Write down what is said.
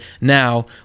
now